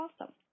awesome